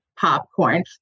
popcorn